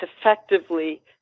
effectively